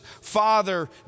father